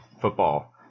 football